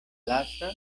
lasta